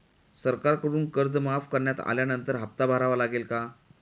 सरकारकडून कर्ज माफ करण्यात आल्यानंतर हप्ता भरावा लागेल का?